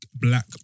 black